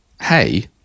hey